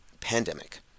pandemic